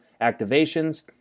activations